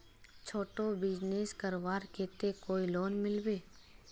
छोटो बिजनेस करवार केते कोई लोन मिलबे?